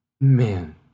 man